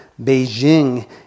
Beijing